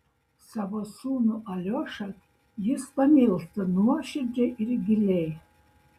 savo sūnų aliošą jis pamilsta nuoširdžiai ir giliai